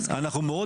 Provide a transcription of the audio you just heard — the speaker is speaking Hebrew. מי שיש לו ניסיון.